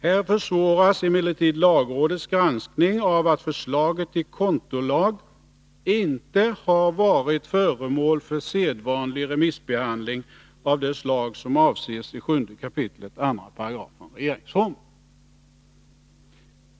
—--- Här försvåras emellertid lagrådets granskning av att förslaget till kontolag inte har varit föremål för sedvanlig remissbehandling av det slag som avses i 7 kap. 2§ regeringsformen.